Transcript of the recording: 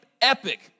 epic